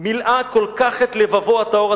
מלאה כל כך את לבבו הטהור,